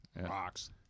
Rocks